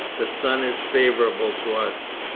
the sun is favourable to us.